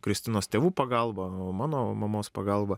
kristinos tėvų pagalba o mano mamos pagalba